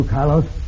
Carlos